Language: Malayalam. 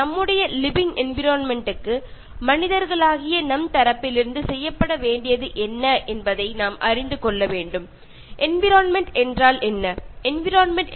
അതിനായി ആദ്യം നമ്മുക്ക് ഒരു മനുഷ്യനിൽ നിന്നും പ്രകൃതി എന്തൊക്കെയാണ് പ്രതീക്ഷിക്കുന്നത് എന്ന് മനസ്സിലാക്കാം